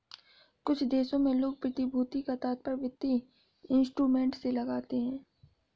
कुछ देशों में लोग प्रतिभूति का तात्पर्य वित्तीय इंस्ट्रूमेंट से लगाते हैं